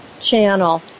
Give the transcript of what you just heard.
Channel